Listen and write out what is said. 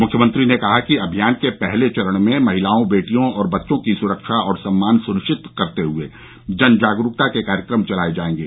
मुख्यमंत्री ने कहा कि अमियान के पहले चरण में महिलाओं बेटियों और बच्चों की सुरक्षा और सम्मान सुनिश्चित करते हए जन जागरूकता के कार्यक्रम चलाये जायेंगे